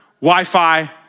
Wi-Fi